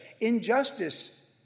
Injustice